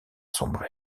sombrer